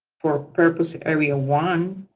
for purpose area one,